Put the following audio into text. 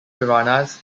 piranhas